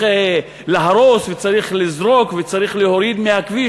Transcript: להרוס וצריך לזרוק וצריך להוריד מהכביש?